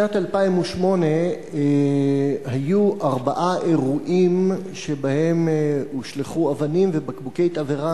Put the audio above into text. בשנת 2008 היו ארבעה אירועים שבהם הושלכו אבנים ובקבוקי תבערה